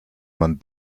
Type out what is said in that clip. man